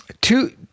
Two